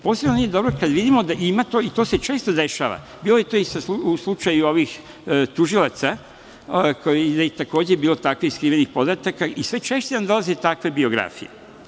Posebno nije dobro kada vidimo da ima to, i to se često dešava, bilo je to i u slučaju ovih tužilaca, gde je takođe bilo takvih skrivenih podataka, i sve češće nam dolaze takve biografije.